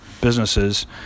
businesses